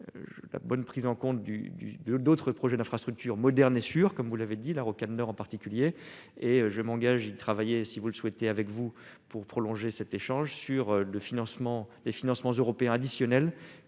la bonne prise en compte du du de d'autres projets d'infrastructures modernes et sûrs, comme vous l'avez dit, la rocade nord en particulier et je m'engage il travailler si vous le souhaitez, avec vous, pour prolonger cet échange sur le financement des financements européens additionnels